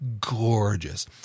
gorgeous